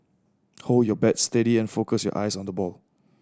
hold your bat steady and focus your eyes on the ball